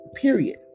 period